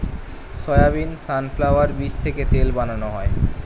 soybean, sunflower বীজ থেকে তেল বানানো হয়